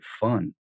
fun